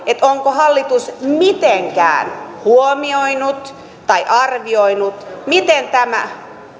onko hallitus mitenkään huomioinut tai arvioinut miten tämä